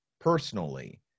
personally